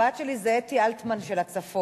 הבת שלי היא אתי אלטמן של הצפון.